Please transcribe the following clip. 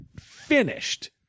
finished